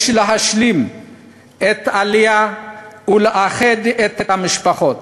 יש להשלים את העלייה ולאחד את המשפחות.